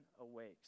awakes